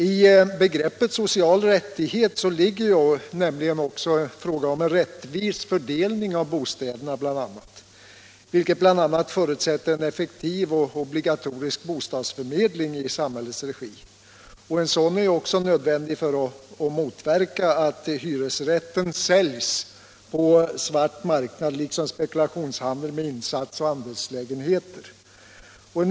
I begreppet social rättighet ligger också en rättvis fördelning av bostäderna, vilket bl.a. förutsätter en effektiv och obligatorisk bostadsförmedling i samhällets regi. "En sådan är nödvändig för att motverka spekulationshandeln med insatsoch andelslägenheter.